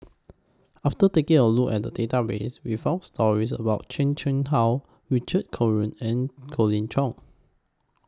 after taking A Look At The Database We found stories about Chan Chang How Richard Corridon and Colin Cheong